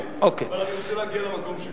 כן, אבל אני רוצה להגיע למקום שלי.